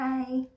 Bye